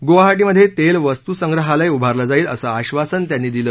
गुवाहाटीमध्ये तेल वस्तुसंग्रहालय उभारलं जाईल असं आशासन त्यांनी दिलं